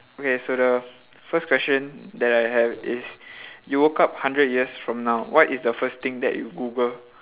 okay so the first question that I have is you woke up hundred years from now what is the first thing that you google